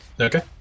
Okay